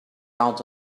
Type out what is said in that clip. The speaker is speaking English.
out